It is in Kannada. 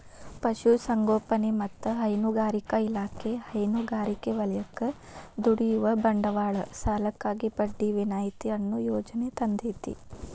ಪಶುಸಂಗೋಪನೆ ಮತ್ತ ಹೈನುಗಾರಿಕಾ ಇಲಾಖೆ ಹೈನುಗಾರಿಕೆ ವಲಯಕ್ಕ ದುಡಿಯುವ ಬಂಡವಾಳ ಸಾಲಕ್ಕಾಗಿ ಬಡ್ಡಿ ವಿನಾಯಿತಿ ಅನ್ನೋ ಯೋಜನೆ ತಂದೇತಿ